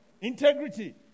Integrity